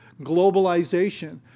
globalization